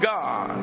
God